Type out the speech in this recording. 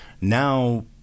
now